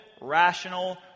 rational